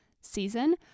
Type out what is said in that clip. season